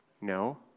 No